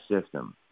system